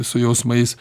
su jausmais